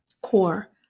core